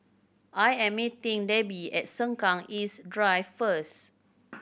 I am meeting Debby at Sengkang East Drive first